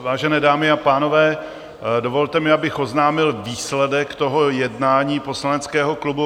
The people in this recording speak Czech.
Vážené dámy a pánové, dovolte mi, abych oznámil výsledek jednání poslaneckého klubu.